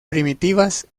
primitivas